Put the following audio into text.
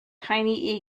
tiny